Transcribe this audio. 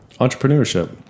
Entrepreneurship